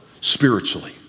spiritually